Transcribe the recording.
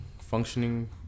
functioning